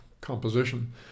composition